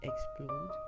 explode